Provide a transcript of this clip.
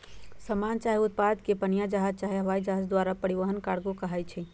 समान चाहे उत्पादों के पनीया जहाज चाहे हवाइ जहाज द्वारा परिवहन कार्गो कहाई छइ